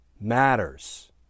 matters